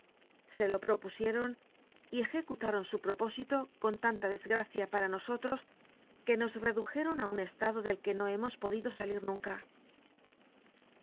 se lo propusieron y ejecutaron su propósito con tanta desgracia para nosotros que nos redujeron a un estado del que no hemos podido salir nunca